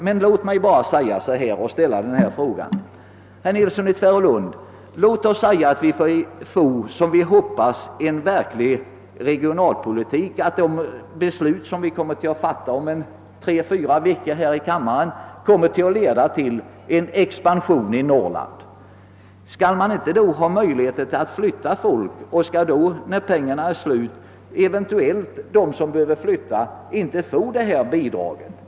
Men låt oss antaga att vi, som vi hoppas, får en verklig regionalpolitik och att de beslut som vi kommer att fatta om tre eller fyra veckor här i kammaren leder till en expan sion i Norrland. Skall man inte då, herr Nilsson i Tvärålund, ha möjligheter att flytta folk? Skall, när pengarna är slut, de som eventuellt behöver flytta inte få detta bidrag?